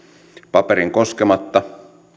paperiin koskematta